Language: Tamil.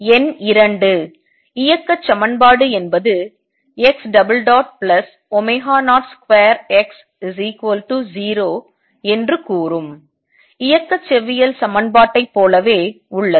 எண் 2 இயக்கச் சமன்பாடு என்பது x02x0 என்று கூறும் இயக்கச் செவ்வியல் சமன்பாட்டைப் போலவே உள்ளது